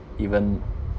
even